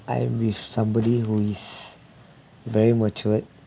I wish somebody who is very matured